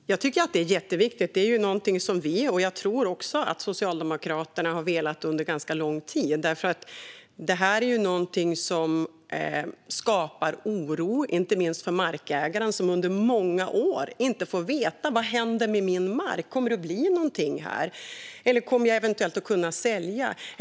Fru talman! Jag tycker att det är jätteviktigt. Det är någonting som vi och också Socialdemokraterna, tror jag, har velat under ganska lång tid. Tillståndsprocesser är någonting som skapar oro, inte minst för markägaren som under många år inte får veta: Vad händer med min mark? Kommer det att bli någonting här? Kommer jag eventuellt att kunna sälja?